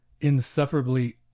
insufferably